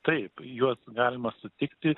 taip juos galima sutikti